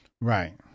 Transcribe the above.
Right